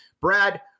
Brad